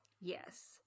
yes